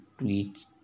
tweets